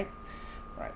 all right